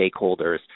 stakeholders